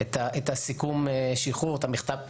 מכתב השחרור,